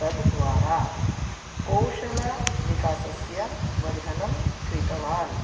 तद्द्वारा कौशलविकासस्य वर्धनं कृतवान्